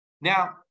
Now